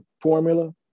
formula